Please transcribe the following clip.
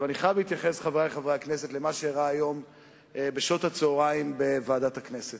כי אני חושב שאלה אולי הצעות החוק הטובות האחרונות שיהיו כאן בכנסת